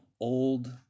old